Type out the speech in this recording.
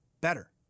better